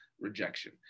rejection